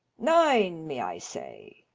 nine, may i say?